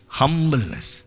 humbleness